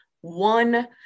one